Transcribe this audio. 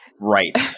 Right